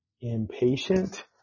impatient